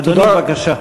אדוני, בבקשה.